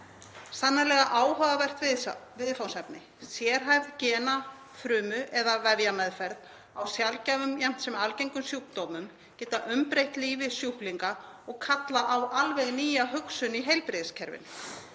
Sannarlega áhugavert viðfangsefni. Sérhæfð gena-, frumu- eða vefjameðferð á sjaldgæfum jafnt sem algengum sjúkdómum getur umbreytt lífi sjúklinga og kallar á alveg nýja hugsun í heilbrigðiskerfinu.